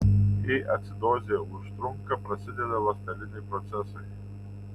jei acidozė užtrunka prasideda ląsteliniai procesai